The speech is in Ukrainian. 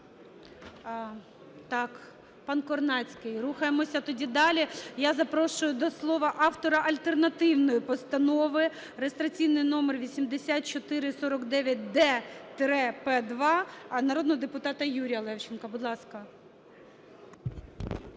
Так, пан Корнацький. Рухаємося тоді далі. Я запрошую до слова автора альтернативної постанови (реєстраційний номер 8449-д-П2) народного депутата Юрія Левченка, будь ласка.